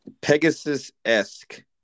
Pegasus-esque